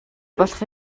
болох